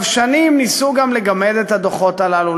שנים ניסו גם לגמד את הדוחות הללו,